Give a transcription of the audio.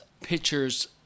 pitcher's